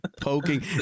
poking